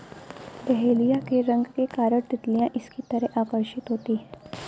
dahlia के रंग के कारण तितलियां इसकी तरफ आकर्षित होती हैं